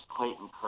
Clayton